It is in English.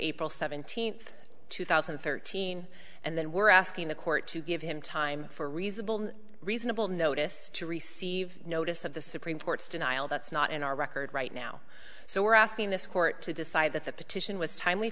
april seventeenth two thousand and thirteen and then we're asking the court to give him time for reasonable reasonable notice to receive notice of the supreme court's denial that's not in our record right now so we're asking this court to decide that the petition was timely